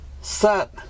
set